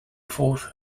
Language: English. fourth